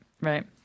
right